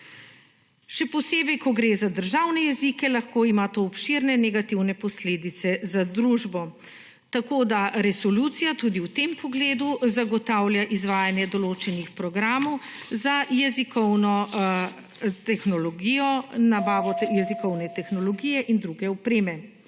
Še posebej ko gre za državne jezike lahko ima to obširne negativne posledice za družbo. Tako da resolucija tudi v tem pogledu zagotavlja izvajanje določenih programov za jezikovno tehnologijo, nabavo jezikovne tehnologije in druge opreme.